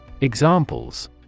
Examples